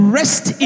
rest